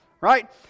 right